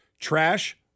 Trash